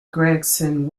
gregson